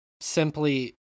simply